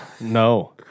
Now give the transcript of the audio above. no